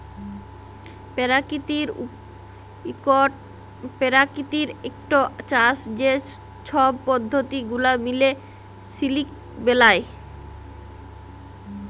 পেরাকিতিক ইকট চাষ যে ছব পদ্ধতি গুলা মিলে সিলিক বেলায়